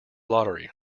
lottery